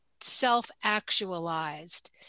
self-actualized